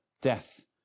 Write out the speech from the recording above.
death